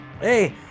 Hey